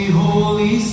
holy